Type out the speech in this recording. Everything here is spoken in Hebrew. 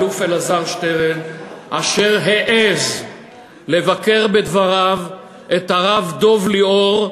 האלוף אלעזר שטרן אשר העז לבקר בדבריו את הרב דב ליאור,